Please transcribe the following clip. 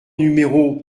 numéro